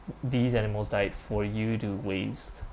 these animals died for you to waste